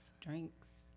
drinks